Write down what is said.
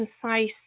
concise